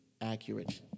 accurate